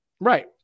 right